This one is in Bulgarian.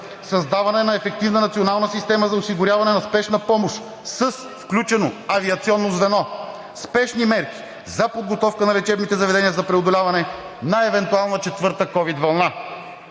създаване на ефективна Национална система за осигуряване на спешна помощ с включено авиационно звено; спешни мерки за подготовка на лечебните заведения за преодоляване на евентуална четвърта ковид вълна.